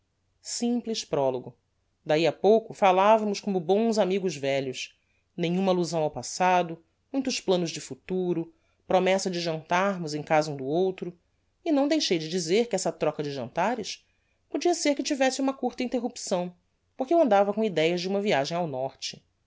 simples prologo dahi a pouco falavamos como bons amigos velhos nenhuma allusão ao passado muitos planos de futuro promessa de jantarmos em casa um do outro e não deixei de dizer que essa troca de jantares podia ser que tivesse uma curta interrupção por que eu andava com idéas de uma viagem ao norte